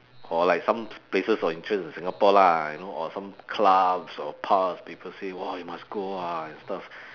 or like some places of interest in singapore lah you know or some clubs or pubs people say !wah! you must go ah and stuff